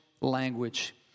language